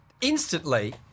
instantly